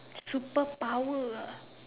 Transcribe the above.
superpower ah